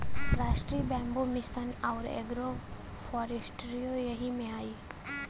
राष्ट्रीय bamboo mission आउर agro फ़ोरेस्ट्रीओ यही में आई